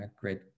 great